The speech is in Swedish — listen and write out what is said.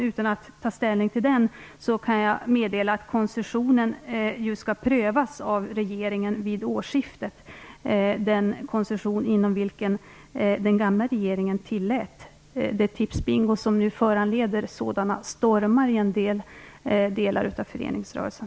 Utan att ta ställning till den kan jag meddela att koncessionen skall prövas av regeringen vid årsskiftet, dvs. den koncession inom vilken den gamla regeringen tillät det Tipsbingo som nu föranleder sådana stormar inom delar av föreningsrörelsen.